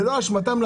בלא אשמתם,